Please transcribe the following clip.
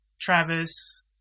Travis